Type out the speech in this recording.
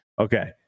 Okay